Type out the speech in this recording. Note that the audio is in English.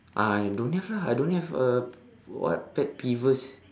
ah I don't lah I don't have a what pet peeves